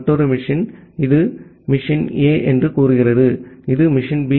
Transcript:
மற்றொரு மெஷின் இது machine A என்று கூறுகிறது இது மெஷின் பி